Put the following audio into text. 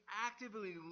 actively